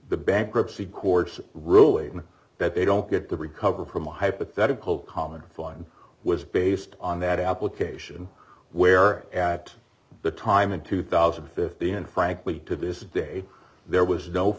the bankruptcy courts rule in that they don't get to recover from a hypothetical common fund was based on that application where at the time in two thousand and fifty and frankly to this day there was no